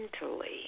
mentally